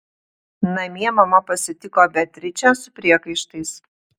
namie mama pasitiko beatričę su priekaištais